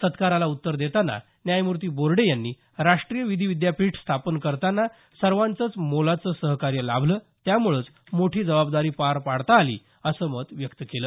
सत्काराला उत्तर देताना न्यायमूर्ती बोर्डे यांनी राष्ट्रीय विधी विद्यापीठ स्थापन करताना सर्वांचंच मोलाचं सहकार्य लाभलं त्यामुळेच मोठी जबाबदारी पार पाडता आली असं मत व्यक्त केलं